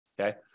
Okay